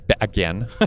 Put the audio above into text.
again